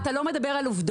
אתה לא מדבר על עובדות,